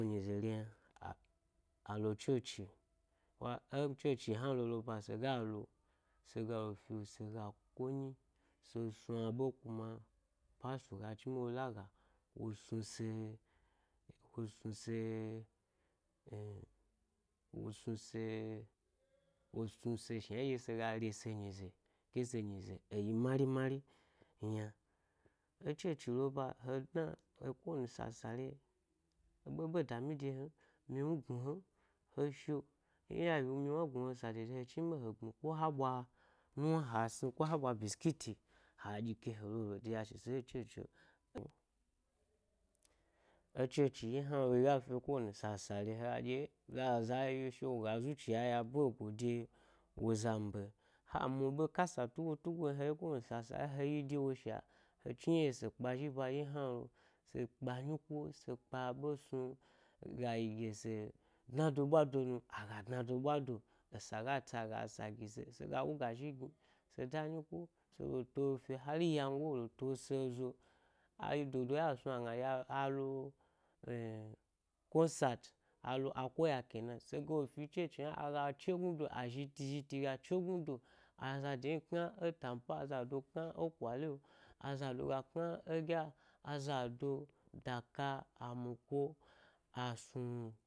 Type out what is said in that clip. Nyizero yna a a lo chochi wa ẻ chochi hna lo lo ba, saga lo, sega le fye’o, sega ko nyi, se snu a ɓe kuma pastor ga chniɓe wo la ga wo snu se wo snu se wo snu se, wo snu se shna nɗye sega re se nyize, ke se nyize eyi mari mari-yna. E chochi lo ba, he dna ko wani sasaleyi, ɓeɓe dami de hem, miwnu gnu he m he shi’ o iya wo yiwu miwnu a gnu he, sa dodo yi he chni ɓe he gbmi ko ha ɓwa nuwna ha sni ko ha bisikiti ha ɗyi ke he lo he le de ya shi se e he chochi o. E chochi ɗye hna lo yiga fi’ o ko wani sasa leyi hega ɗye zaza shi’o woga zuciya ya boe-de wo zambeyi hamu bekasa tu wo tugo he kpeko sasa leyi he yi dewoyi sha he chni yeye ɗye se kpazhi ba ɗye hna lo se kpa’ nyiko se kpa’ ɓe smi, gayi ɗye se dna do ɓwa do nu aga dna do ‘ɓwa do esa ga tsi aga esa gise sega wu ga zhi gni se da enyi ko sele to fye’ o har yango lo to se zo, ayi dodo ɗye asnu agna a alo concert, alo a koya ken a se ga lo fi chochi hna aga chegnu do azhiti zhi g ache gnudo azede kna e tamfe’o azado kna ẻ kwali’ o azado gga kna egya, aza do doka a miko a snuwnu.